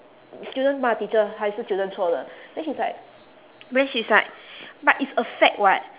students 骂 teacher 还是就认错了 then she's like then she's like but it's a fact [what]